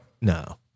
No